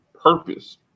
purpose